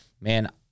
man –